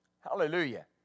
Hallelujah